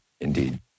Indeed